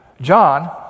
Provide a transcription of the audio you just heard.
John